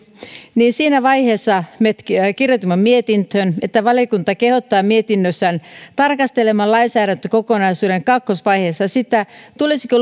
niin siinä vaiheessa me kirjoitimme mietintöön että valiokunta kehottaa mietinnössään tarkastelemaan lainsäädäntökokonaisuuden kakkosvaiheessa sitä tulisiko